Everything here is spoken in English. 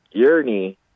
journey